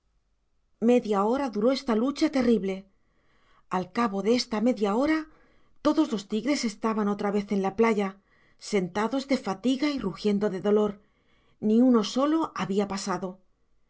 media hora duró esta lucha terrible al cabo de esa media hora todos los tigres estaban otra vez en la playa sentados de fatiga y rugiendo de dolor ni uno solo había pasado